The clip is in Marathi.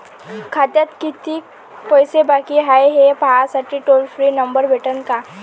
खात्यात कितीकं पैसे बाकी हाय, हे पाहासाठी टोल फ्री नंबर भेटन का?